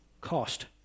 cost